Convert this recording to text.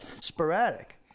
sporadic